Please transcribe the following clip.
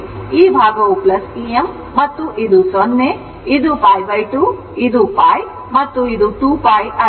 ಈ ಭಾಗವು Em ಮತ್ತು ಇದು 0 ಇದು π 2 ಇದು π ಇದು 2 π ಆಗಿದೆ